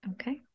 okay